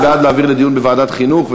זה בעד להעביר לדיון בוועדת חינוך,